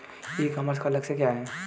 ई commerce का लक्ष्य क्या है?